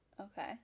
Okay